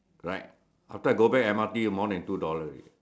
right after I go back M_R_T more than two dollar already